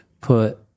put